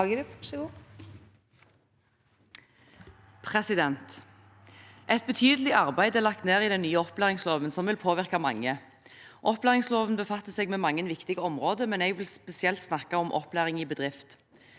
Et betydelig ar- beid er lagt ned i den nye opplæringsloven som vil påvirke mange. Opplæringsloven befatter seg med mange viktige områder, men jeg vil spesielt snakke om opplæring i bedrift.